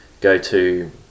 go-to